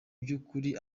by’ukuri